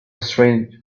strange